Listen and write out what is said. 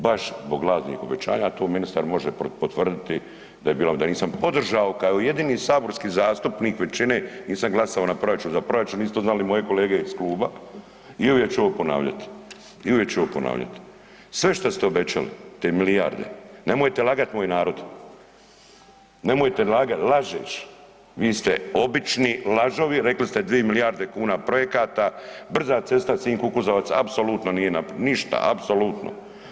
Baš zbog lažnih obećanja, a to ministar može potvrditi, da je …/nerazumljivo/… da nisam podržao kao jedini saborski zastupnik većine nisam glasao na proračun, za proračun nisu to znali moje kolege iz kluba i uvijek ću ovo ponavljati i uvijek ću ovo ponavljati, sve što ste obećali te milijarde nemojte lagat moj narod, nemojte lagati moj narod, lažeš, vi ste obični lažovi, rekli ste 2 milijarde kuna projekata, brza cesta Sinj-Kukuzovac, apsolutno nije, ništa, apsolutno.